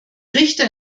richter